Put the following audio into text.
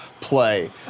play